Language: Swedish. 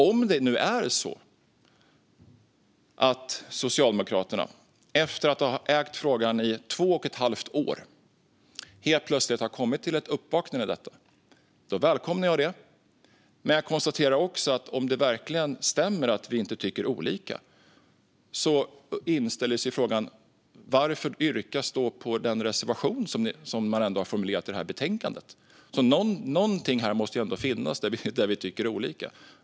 Om det nu är så att Socialdemokraterna efter att ha ägt frågan i två och ett halvt år helt plötsligt har kommit till ett uppvaknande välkomnar jag det. Men om det verkligen stämmer att vi inte tycker olika inställer sig frågan varför man då yrkar på den reservation man har formulerat i det här betänkandet. Någonting måste det ändå finnas där vi tycker olika.